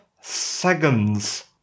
seconds